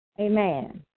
Amen